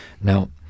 Now